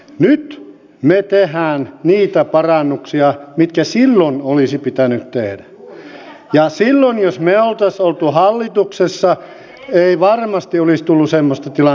nyt me teemme niitä parannuksia mitkä silloin olisi pitänyt tehdä ja jos me olisimme olleet silloin hallituksessa ei varmasti olisi tullut semmoista tilannetta kuin nyt on